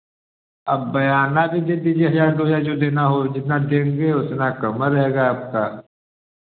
अब बयाना भी दे दीजिए हज़ार दो हज़ार जो देना हो जितना देंगे उतना कमम्ल रहेगा आपका